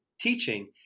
teaching